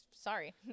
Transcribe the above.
sorry